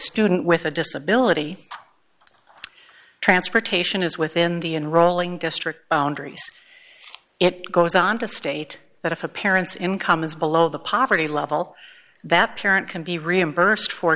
student with a disability transportation is within the enrolling district it goes on to state that if a parent's income is below the poverty level that parent can be reimbursed for